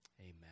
Amen